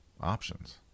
options